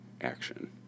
action